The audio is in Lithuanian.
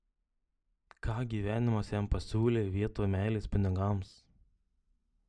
ką gyvenimas jam pasiūlė vietoj meilės pinigams